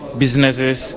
businesses